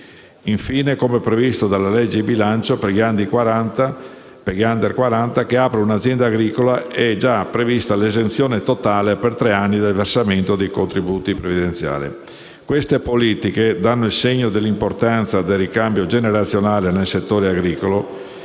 Infine, come previsto dalla legge di bilancio, per gli *under* 40 che aprono un'azienda agricola è già prevista l'esenzione totale per tre anni dal versamento dei contributi previdenziali. Queste politiche danno il segno dell'importanza del ricambio generazionale nel settore agricolo,